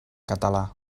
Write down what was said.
català